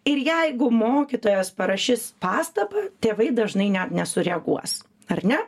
ir jeigu mokytojas parašys pastabą tėvai dažnai net nesureaguos ar ne